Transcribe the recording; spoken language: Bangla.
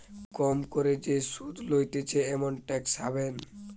কম করে যে সুধ লইতেছে এমন ট্যাক্স হ্যাভেন